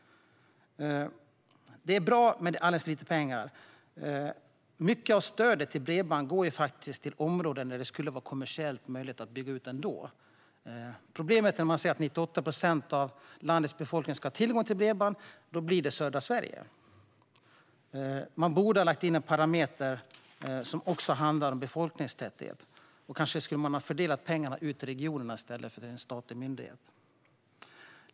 Det är en bra satsning, men det är alldeles för lite pengar. Mycket av stödet till bredband går faktiskt till områden där det skulle vara kommersiellt möjligt att bygga ut ändå. Problemet när man säger att 98 procent av landets befolkning ska ha tillgång till bredband är att det då blir i södra Sverige. Man borde ha lagt till en parameter som tar hänsyn till befolkningstäthet. Kanske skulle man ha fördelat pengarna ut till regionerna i stället för till en statlig myndighet.